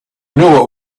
know